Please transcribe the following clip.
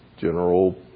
general